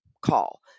call